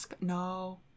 No